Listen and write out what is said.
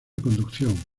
conducción